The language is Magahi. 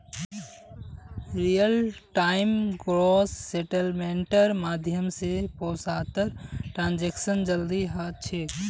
रियल टाइम ग्रॉस सेटलमेंटेर माध्यम स पैसातर ट्रांसैक्शन जल्दी ह छेक